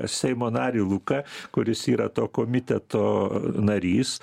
seimo narį luką kuris yra to komiteto narys